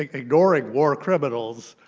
like ignoring war criminals,